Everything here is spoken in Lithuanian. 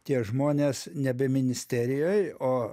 tie žmonės nebe ministerijoj o